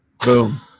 Boom